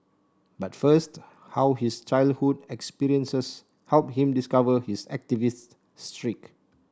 but first how his childhood experiences helped him discover his activist streak